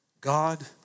God